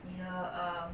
你的 um